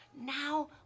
Now